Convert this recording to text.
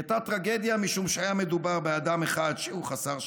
היא הייתה טרגדיה משום שהיה מדובר באדם אחד שהוא חסר שליטה,